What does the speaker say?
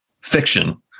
fiction